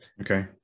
Okay